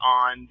on